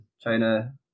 China